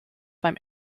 beim